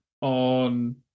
on